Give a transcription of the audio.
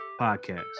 Podcast